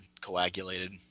coagulated